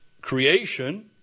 creation